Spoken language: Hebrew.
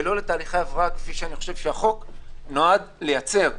ולא לתהליכי הבראה כפי שאני חושב שהחוק נועד לייצר.